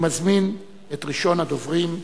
אני מזמין את ראשון הדוברים.